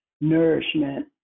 nourishment